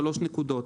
3 נקודות,